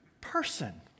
person